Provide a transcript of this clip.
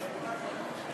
וכבר אין לך סבלנות לשבת.